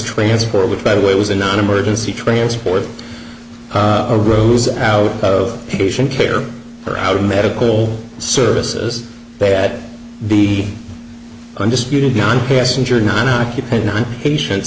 transport which by the way was a non emergency transport arose out of patient care for our medical services they had the undisputed non passenger non occupant nine patient